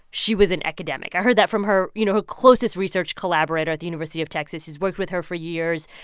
she was an academic. i heard that from her, you know, her closest research collaborator at the university of texas. he's worked with her for years,